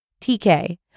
TK